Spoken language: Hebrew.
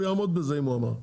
הוא יעמוד בזה אם הוא אמר.